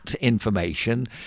information